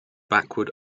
backward